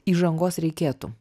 įžangos reikėtų